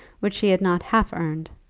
which he had not half earned.